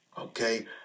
Okay